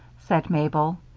said mabel,